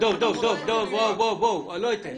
--- דב, אני לא אתן.